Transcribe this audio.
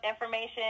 information